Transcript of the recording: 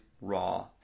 raw